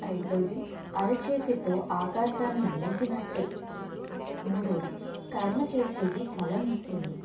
రెండోవది అరచేతితో ఆకాశాన్ని మూసినట్టే మూడోవది కర్మ చేసేది ఫలం ఇస్తుంది